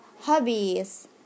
hobbies